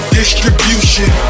distribution